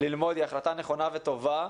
ללימודים היא החלטה נכונה וטובה,